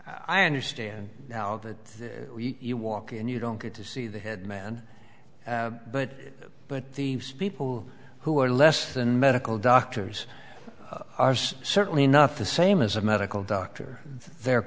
i understand now that you walk in you don't get to see the head man but but the people who are less than medical doctors are so certainly not the same as a medical doctor they're